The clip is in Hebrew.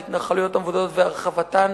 ההתנחלויות המבודדות והרחבתן